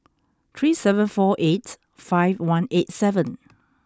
three seven four eight five one eight seven